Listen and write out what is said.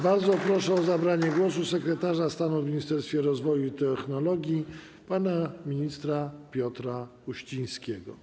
Bardzo proszę o zabranie głosu sekretarza stanu w Ministerstwie Rozwoju i Technologii pana ministra Piotra Uścińskiego.